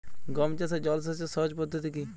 গম চাষে জল সেচের সহজ পদ্ধতি কি?